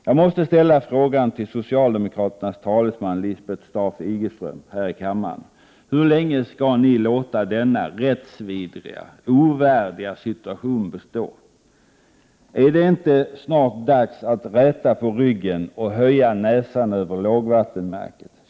Jag måste ställa frågan till socialdemokraternas talesman Lisbeth Staaf Igelström här i kammaren: Hur länge skall ni låta denna rättsvidriga, ovärdiga situation bestå? Är det inte snart dags att räta på ryggen och höja näsan över lågvattenmärket?